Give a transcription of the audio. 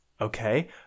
okay